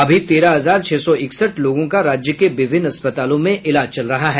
अभी तेरह हजार छह सौ इकसठ लोगों का राज्य के विभिन्न अस्पतालों में इलाज चल रहा है